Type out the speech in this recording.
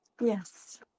Yes